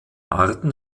arten